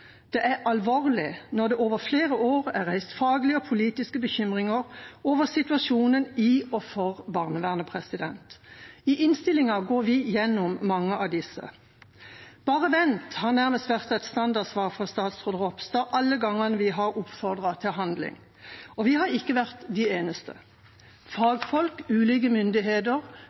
Det er alvorlig når det over flere år er reist faglige og politiske bekymringer over situasjonen i og for barnevernet. I innstillinga går vi gjennom mange av disse. «Bare vent» har nærmest vært et standardsvar fra statsråd Ropstad alle gangene vi har oppfordret til handling. Og vi har ikke vært de eneste. Fagfolk, ulike myndigheter,